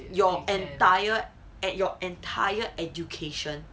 your entire and your entire education